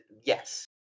yes